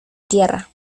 tierra